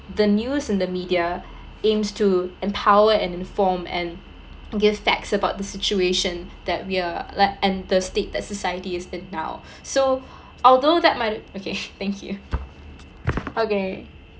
the news and the media aims to empower and inform and give facts about the situation that we are lik~ and the that state that society is been now so although that might okay thank you okay